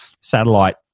satellite